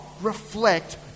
reflect